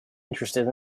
interested